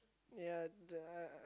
ya duh